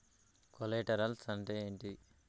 Collaterals అంటే ఏంటిది?